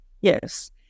Yes